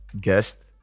guest